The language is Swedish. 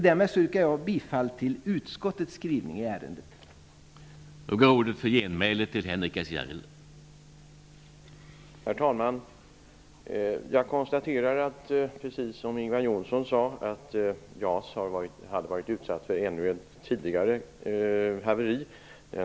Därmed yrkar jag att utskottets skrivning i ärendet skall godkännas.